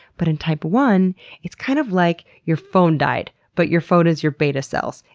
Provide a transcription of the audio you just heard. but in type one it's kind of like your phone died, but your phone is your beta cells.